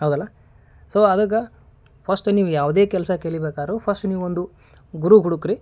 ಹೌದಲ್ಲಾ ಸೋ ಅದಕ್ಕೆ ಫರ್ಸ್ಟ್ ನೀವು ಯಾವುದೇ ಕೆಲಸ ಕಲಿಬೇಕಾದರು ಫರ್ಸ್ಟ್ ನೀವೊಂದು ಗುರು ಹುಡುಕ್ರಿ